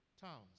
towns